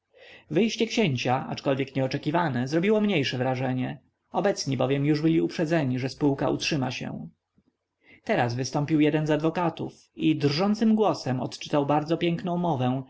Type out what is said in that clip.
wyjście księcia aczkolwiek nieoczekiwane zrobiło mniejsze wrażenie obecni bowiem już byli uprzedzeni że spółka utrzyma się teraz wystąpił jeden z adwokatów i drżącym głosem odczytał bardzo piękną mowę